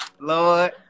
Lord